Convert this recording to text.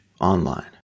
Online